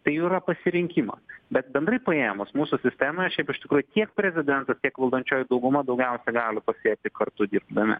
tai jų yra pasirinkimas bet bendrai paėmus mūsų sistemą šiaip iš tikrųjų tiek prezidentas tiek valdančioji dauguma daugiausiai gali pasiekti kartu dirbdami